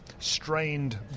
Strained